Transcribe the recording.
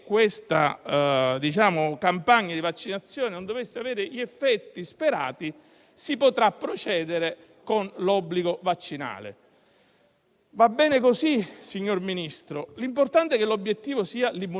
va bene così, l'importante è che l'obiettivo sia l'immunità di gregge perché non vorremmo sostituire le categorie oggi a rischio (le persone più anziane